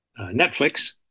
Netflix